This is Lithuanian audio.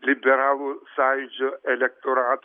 liberalų sąjūdžio elektorato